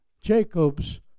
Jacob's